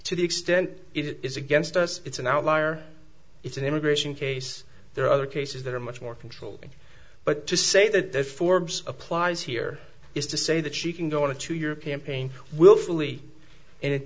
to the extent it is against us it's an outlier it's an immigration case there are other cases that are much more control but to say that there are forms applies here is to say that she can go into european pain willfully and it